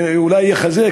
זה אולי יחזק,